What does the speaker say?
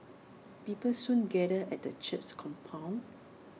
people soon gathered at the church's compound